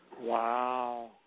Wow